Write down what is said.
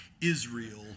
Israel